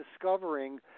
discovering